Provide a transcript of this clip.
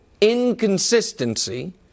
inconsistency